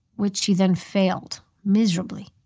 which she then failed miserably.